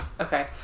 Okay